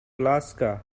alaska